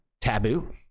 taboo